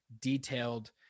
detailed